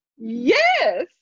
Yes